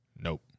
Nope